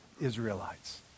Israelites